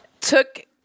took